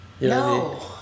No